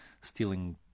stealing